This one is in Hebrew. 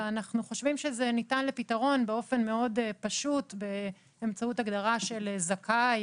אנחנו חושבים שזה ניתן לפתרון באופן מאוד פשוט באמצעות הגדרה של "זכאי",